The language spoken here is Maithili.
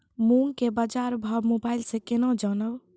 मूंग के बाजार भाव मोबाइल से के ना जान ब?